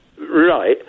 Right